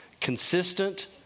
Consistent